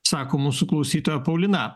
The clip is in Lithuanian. sako mūsų klausytoja paulina